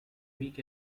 week